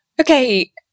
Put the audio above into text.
Okay